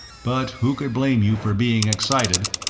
but who could blame you for being excited?